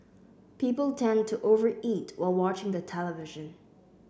people tend to over eat while watching the television